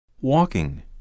Walking